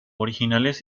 originales